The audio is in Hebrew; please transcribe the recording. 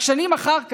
רק שנים אחר כך,